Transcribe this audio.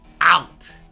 Out